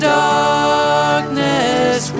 darkness